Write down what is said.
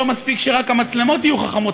לא מספיק שרק המצלמות יהיו חכמות,